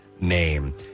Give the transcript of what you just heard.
name